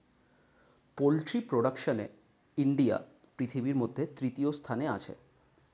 poultry প্রোডাকশনে India পৃথিবীর মধ্যে তৃতীয় স্থানে আছে